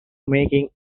making